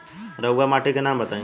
रहुआ माटी के नाम बताई?